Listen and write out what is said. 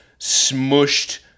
smushed